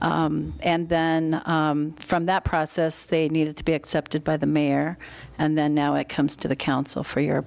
d and then from that process they needed to be accepted by the mayor and then now it comes to the council for